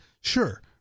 Sure